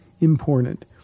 important